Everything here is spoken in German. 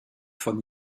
von